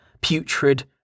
putrid